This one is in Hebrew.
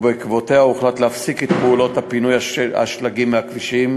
ובעקבותיה הוחלט להפסיק את פעולות פינוי השלגים מהכבישים